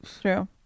True